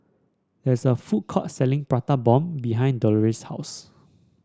there is a food court selling Prata Bomb behind Delores' house